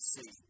See